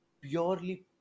purely